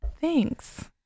Thanks